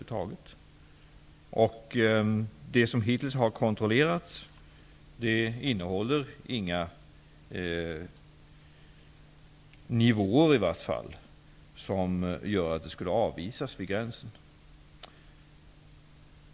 Det virke som hittills kontrollerats har inte innehållit så höga nivåer becquerel att virket skulle avvisats vid gränsen.